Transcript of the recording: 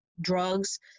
drugs